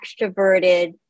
extroverted